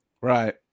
Right